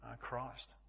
Christ